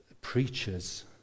preachers